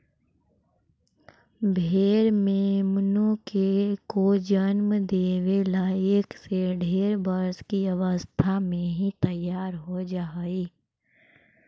भेंड़ मेमनों को जन्म देवे ला एक से डेढ़ वर्ष की अवस्था में ही तैयार हो जा हई